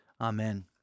Amen